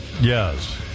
Yes